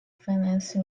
finance